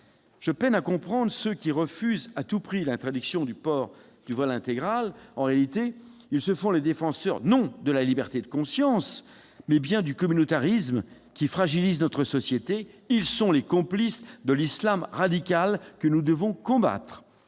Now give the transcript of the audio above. Je peine à comprendre ceux qui refusent à tout prix l'interdiction du port du voile intégral. En réalité, ils se font les défenseurs non de la liberté de conscience, mais bien du communautarisme, qui fragilise notre société. Ils sont les complices de l'islam radical que nous devons combattre.